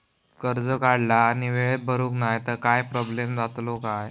कर्ज काढला आणि वेळेत भरुक नाय तर काय प्रोब्लेम जातलो काय?